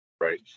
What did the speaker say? Right